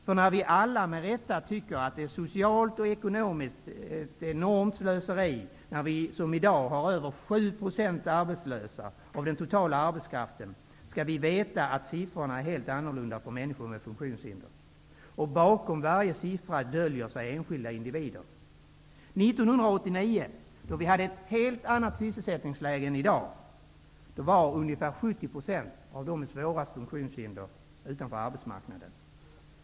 För när vi alla med rätta tycker att det socialt och ekonomiskt är ett enormt slöseri när vi som i dag har över 7 % arbetslösa av den totala arbetskraften, skall vi veta att siffrorna är helt annorlunda för människor med funktionshinder och att bakom varje siffra döljer sig enskilda individer. 1989, då vi hade en helt annan sysselsättningssituation än i dag, var ungefär 70 % av de allra svårast funktionshindrade utanför arbetsmarknaden.